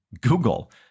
Google